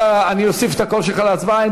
אני אוסיף את הקול שלך להצבעה.